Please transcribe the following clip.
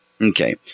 Okay